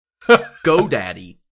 GoDaddy